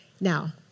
Now